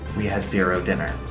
we had zero dinner.